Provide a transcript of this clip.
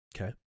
Okay